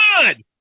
good